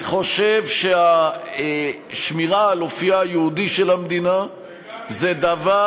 אני חושב שהשמירה על אופייה היהודי של המדינה זה דבר,